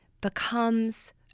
becomes